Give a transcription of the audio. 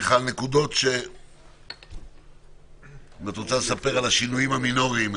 מיכל, אם את רוצה לספר על השינויים המינוריים.